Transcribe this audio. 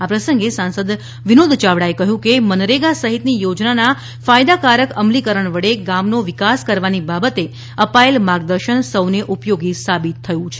આ પ્રસંગે સાંસદ વિનોદ ચાવડાએ કહ્યું હતું કે મનરેગા સહિતની યોજનાના ફાયદાકારક અમલીકરણ વડે ગામનો વિકાસ કરવાની બાબતે અપાયેલ માર્ગદર્શન સૌને ઉપયોગી સાબિત થયું છે